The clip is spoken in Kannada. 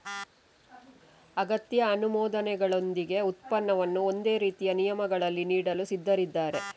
ಅಗತ್ಯ ಅನುಮೋದನೆಗಳೊಂದಿಗೆ ಉತ್ಪನ್ನವನ್ನು ಒಂದೇ ರೀತಿಯ ನಿಯಮಗಳಲ್ಲಿ ನೀಡಲು ಸಿದ್ಧರಿದ್ದಾರೆ